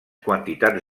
quantitats